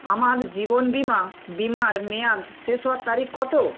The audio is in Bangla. আমার জীবন বিমা বিমার মেয়াদ শেষ হওয়ার তারিখ কত